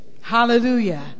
Hallelujah